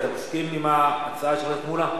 אתה מסכים להצעה של חבר הכנסת מולה?